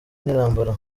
n’intambara